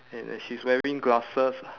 and then she's wearing glasses